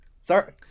Sorry